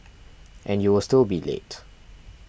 and you will still be late